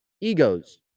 egos